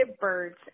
birds